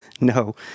No